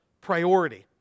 priority